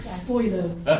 spoilers